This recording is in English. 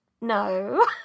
no